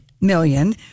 million